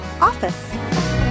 OFFICE